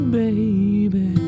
baby